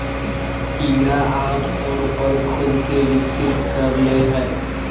कीड़ा आमतौर पर खुद के विकसित कर ले हइ